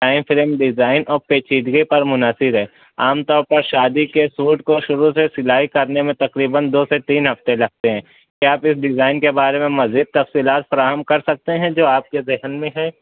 آئی frame design اور پیچیدگی پر منحصر ہے عام طور پر شادی کے سوٹ کو شروع سے سلائی کرنے میں تقریباً دو سے تین ہفتے لگتے ہیں یا پھر ڈیزائن کے بارے میں مزید تفصیلات فراہم کر سکتے ہیں جو آپ کے ذہن میں ہے